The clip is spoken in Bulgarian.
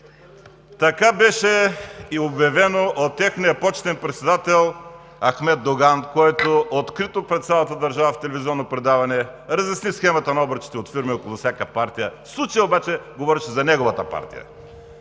Така беше и обявено от техния почетен председател Ахмед Доган, който открито пред цялата държава в телевизионно предаване разясни схемата на обръчите от фирми около всяка партия. В случая обаче говореше за неговата партия.